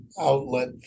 outlet